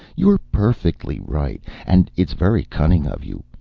you're perfectly right, and it's very cunning of you.